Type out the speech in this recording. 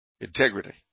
integrity